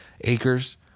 acres